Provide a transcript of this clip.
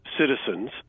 citizens